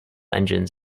engines